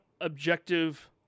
objective